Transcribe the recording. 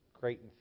great